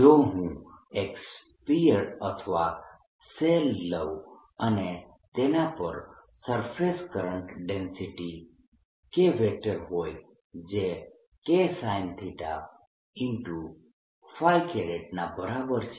જો હું એક સ્ફીયર અથવા શેલ લઉં અને તેના પર સરફેસ કરંટ ડેન્સિટી K હોય જે Ksinθ ના બરાબર છે